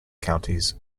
counties